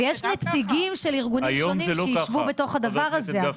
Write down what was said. ויש נציגים של ארגונים שונים שיישבו בתוך הדבר הזה,